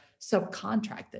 subcontracted